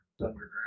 underground